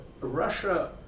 Russia